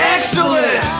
Excellent